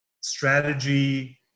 strategy